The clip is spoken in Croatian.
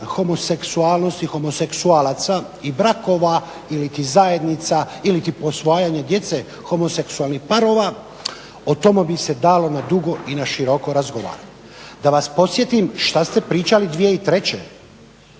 homoseksualnosti, homoseksualaca i brakova ili ti zajednica ili ti posvajanje djece homoseksualnih parova o tome bi se dalo nadugo i naširoko razgovarati. Da vas podsjetim šta ste pričali 2003.o zakonu